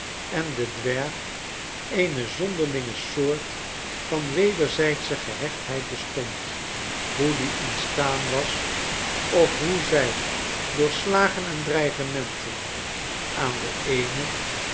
en den dwerg eene zonderlinge soort van wederzijdsche gehechtheid bestond hoe die ontstaan was of hoe zij door slagen en dreigementen aan den eenen